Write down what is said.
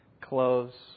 clothes